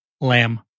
Lamb